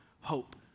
hope